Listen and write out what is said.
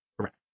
Correct